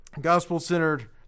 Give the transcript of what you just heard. gospel-centered